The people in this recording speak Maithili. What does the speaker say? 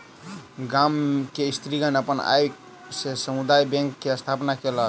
गाम के स्त्रीगण अपन आय से समुदाय बैंक के स्थापना केलक